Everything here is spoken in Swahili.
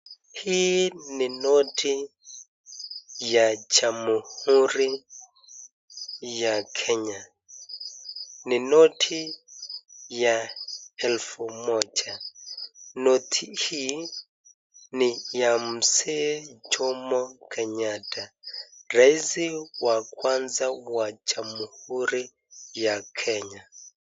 Hii ni noti ya jamhuri ya Kenya, ni noti ya elfu moja, noti hii ni ya mzee Jomo Kenyata, rais wa kwanza wa jamhuri ya Kenya.